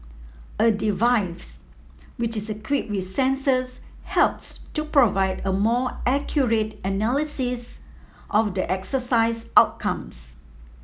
a device which is equipped with sensors helps to provide a more accurate analysis of the exercise outcomes